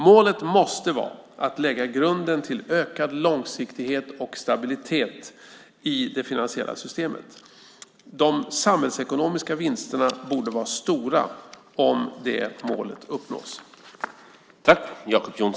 Målet måste vara att lägga grunden till ökad långsiktighet och stabilitet i det finansiella systemet. De samhällsekonomiska vinsterna borde vara stora om det målet uppnås.